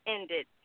ended